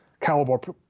caliber